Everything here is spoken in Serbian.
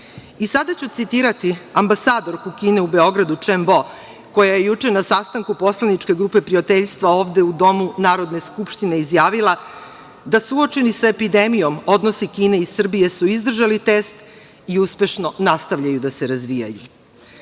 ću citirati ambasadorku Kine u Beogradu, Čem Bo, koja je juče na sastanku poslaničke grupe prijateljstva ovde u domu Narodne skupštine izjavila – suočeni sa epidemijom, odnosi Kine i Srbije su izdržali test i uspešno nastavljaju da se razvijaju.